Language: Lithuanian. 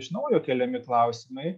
iš naujo keliami klausimai